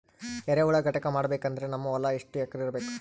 ಎರೆಹುಳ ಘಟಕ ಮಾಡಬೇಕಂದ್ರೆ ನಮ್ಮ ಹೊಲ ಎಷ್ಟು ಎಕರ್ ಇರಬೇಕು?